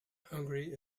hungry